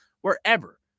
wherever